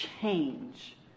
change